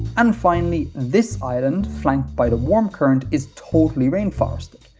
and finally this island flanked by the warm current is totally rainforested,